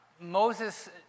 Moses